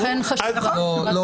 לכן חשובה הגדרת מסגרת.